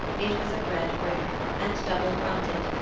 it was of red brick, and double-fronted,